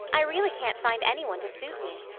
i really can't find any one to suit me.